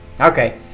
okay